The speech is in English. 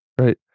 right